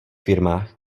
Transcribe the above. firmách